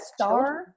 star